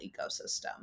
ecosystem